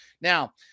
Now